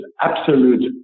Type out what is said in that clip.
absolute